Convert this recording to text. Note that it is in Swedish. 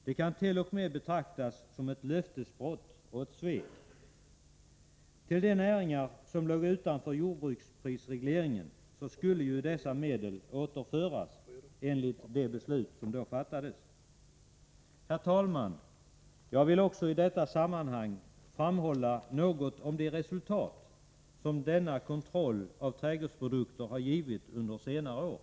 Det kan t.o.m. betraktas som ett löftesbrott och ett svek. Dessa medel skulle ju, enligt det beslut som då fattades, återföras till de näringar som låg utanför jordbruksprisregleringen. Herr talman! Jag vill också i detta sammanhang säga något om de resultat som denna kontroll av trädgårdsprodukter har givit under senare år.